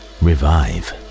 revive